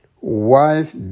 Wife